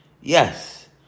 Yes